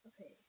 Okay